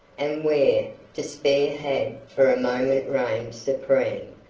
and where despair had for a moment reigned supreme,